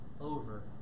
over